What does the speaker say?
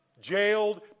Jailed